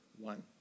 one